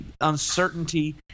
uncertainty